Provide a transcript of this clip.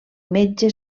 metge